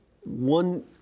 one